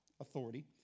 authority